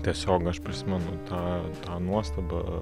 tiesiog aš prisimenu tą tą nuostabą